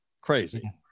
Crazy